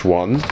one